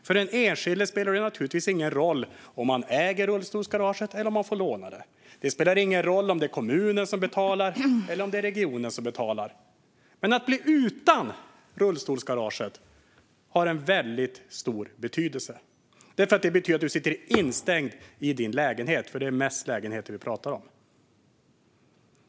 För den enskilde spelar det naturligtvis ingen roll om man äger rullstolsgaraget eller får låna det. Det spelar ingen roll om det är kommunen eller regionen som betalar. Men att bli utan rullstolsgaraget har en väldigt stor betydelse. Det betyder att man sitter instängd i sin lägenhet; det är mest lägenheter vi pratar om.